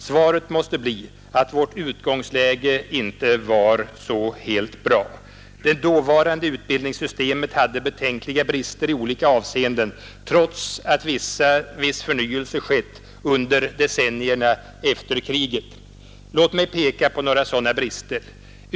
Svaret måste bli att vårt utgångsläge inte var helt bra. Det dåvarande utbildningssystemet hade betänkliga brister i olika avseenden trots att viss förnyelse skett under decennierna efter kriget. Låt mig peka på några sådana brister.